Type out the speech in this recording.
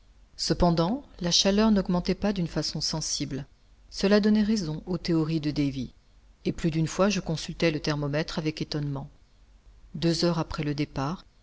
cependant la chaleur n'augmentait pas d'une façon sensible cela donnait raison aux théories de davy et plus d'une fois je consultai le thermomètre avec étonnement deux heures après le départ